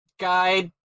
guide